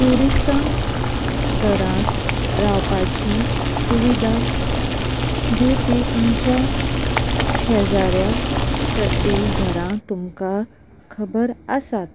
ट्युरिस्टांक घरांत रावपाची सुविधा दिवपी तुमच्या शेजाऱ्या कडलीं घरां तुमकां खबर आसात